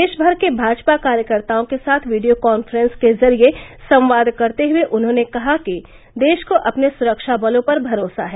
देशभर के भाजपा कार्यकर्ताओं के साथ वीडियो कॉफ्रेंस के जरिए संवाद करते हुए उन्होंने कहा कि देश को अपने सुरक्षाबलों पर भरोसा है